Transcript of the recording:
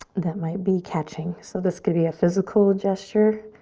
that might be catching. so this could be a physical gesture